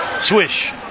Swish